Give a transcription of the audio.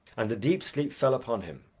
and a deep sleep fell upon him.